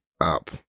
up